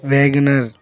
WagonR